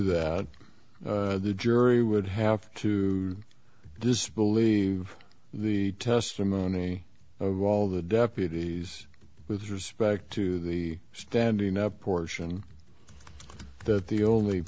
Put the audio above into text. that the jury would have to disbelieve the testimony of all the deputies with respect to the standing up portion that the only